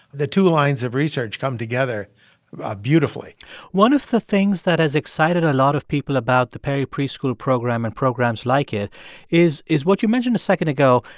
the two lines of research come together beautifully one of the things that has excited a lot of people about the perry preschool program and programs like it is is what you mentioned a second ago,